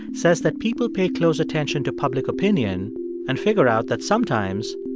says that people pay close attention to public opinion and figure out that sometimes,